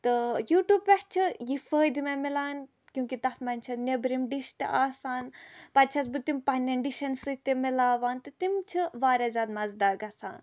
تہٕ یوٗٹوٗب پٮ۪ٹھ چھُ یہِ فٲیدٕ مےٚ مِلان کیوں کہِ تَتھ منٛز چھِ نیبرِم ڈِش تہِ آسان پَتہٕ چھَس بہٕ تِم پَنٕنین ڈِشن سۭتۍ تہِ مِلاوان تہٕ تِم چھِ واریاہ زیادٕ مَزٕ دار گژھان